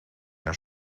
naar